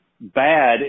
bad